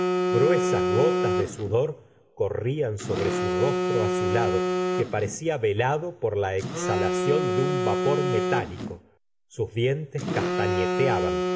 gruesas gotas de sudor corrían sobre su rostro azulado que parecia velado por la exhalación de un vapor metálico sus dientes